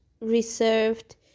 reserved